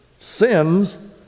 sins